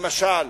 למשל,